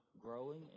growing